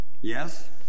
Yes